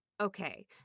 okay